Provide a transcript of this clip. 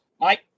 Mike